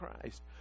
Christ